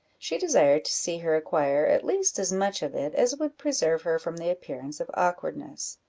she desired to see her acquire at least as much of it as would preserve her from the appearance of awkwardness.